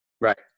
right